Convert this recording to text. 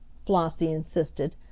flossie insisted,